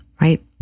right